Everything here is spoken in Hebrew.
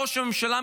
ראש הממשלה,